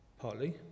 Partly